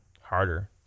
harder